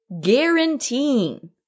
guaranteeing